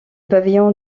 pavillon